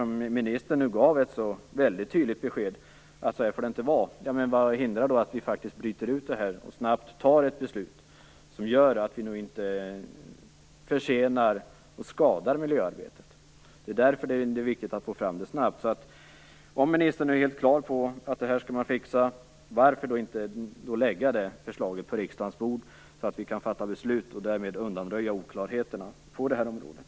Ministern gav här ett väldigt tydligt besked att så här får det inte vara. Men vad hindrar då att vi bryter ut detta och snabbt fattar ett beslut som gör att vi inte försenar och skadar miljöarbetet? Om ministern nu är klar över att man skall ordna till det här, varför då inte lägga fram detta förslag på riksdagens bord så att vi kan fatta beslut och därmed undanröja oklarheterna på det här området?